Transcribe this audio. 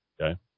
Okay